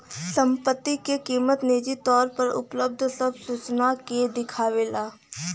संपत्ति क कीमत निजी तौर पर उपलब्ध सब सूचनाओं के देखावला